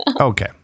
Okay